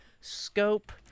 Scope